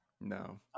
No